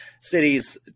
cities